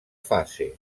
fase